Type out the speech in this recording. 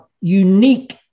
unique